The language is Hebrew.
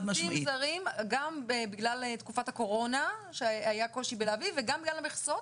גם בגלל תקופת הקורונה שהיה קושי להביא אותם וגם בגלל המכסות.